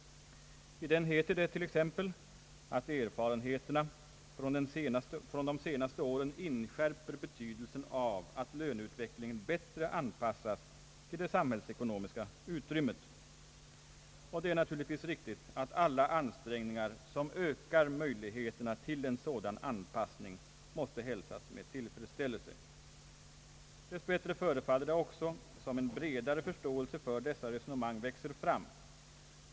Där heter det t.ex., att »erfarenheterna från de senaste åren inskärper betydelsen av att löneutvecklingen bättre anpassas till det samhällsekonomiska utrymmet». Det är naturligtvis riktigt att alla ansträngningar som ökar möjligheterna till en sådan anpassning måste hälsas med tillfredsställelse. Dess bättre förefaller det också som om en bredare förståelse för dessa resonemang växer fram.